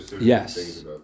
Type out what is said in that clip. Yes